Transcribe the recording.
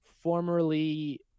formerly